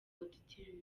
auditorium